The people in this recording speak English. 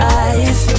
eyes